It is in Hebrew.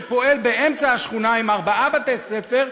שפועל באמצע השכונה עם ארבעה בתי-ספר,